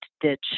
ditch